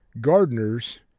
gardeners